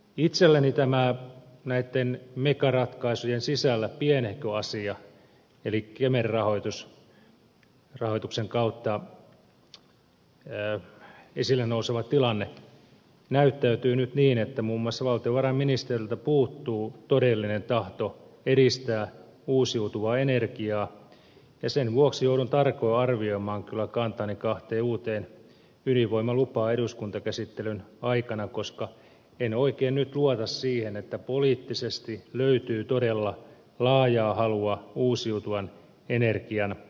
itselleni näitten megaratkaisujen sisällä pienehkö asia elikkä kemera rahoituksen kautta esille nouseva tilanne näyttäytyy nyt niin että muun muassa valtiovarainministeriöltä puuttuu todellinen tahto edistää uusiutuvaa energiaa ja sen vuoksi joudun tarkoin arvioimaan kyllä kantani kahteen uuteen ydinvoimalupaan eduskuntakäsittelyn aikana koska en oikein nyt luota siihen että poliittisesti löytyy todella laajaa halua uusiutuvan energian kehittämiseen